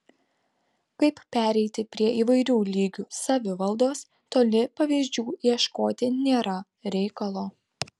kaip pereiti prie įvairių lygių savivaldos toli pavyzdžių ieškoti nėra reikalo